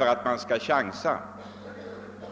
att man tar chanser.